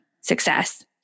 success